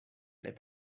les